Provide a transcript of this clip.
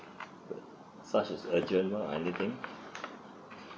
such as urgent other thing